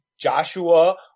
Joshua